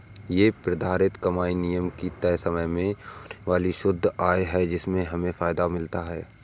ये प्रतिधारित कमाई निगम की तय समय में होने वाली शुद्ध आय है जिससे हमें फायदा मिलता है